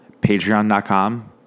patreon.com